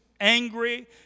angry